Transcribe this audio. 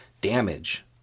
damage